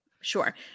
sure